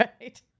right